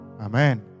Amen